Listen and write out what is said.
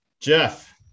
Jeff